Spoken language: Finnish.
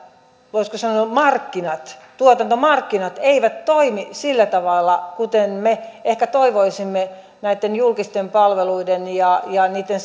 voisiko sanoa markkinamme tuotantomarkkinamme eivät toimi sillä tavalla kuten me ehkä toivoisimme julkisten palveluiden ja ja niitten